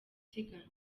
isiganwa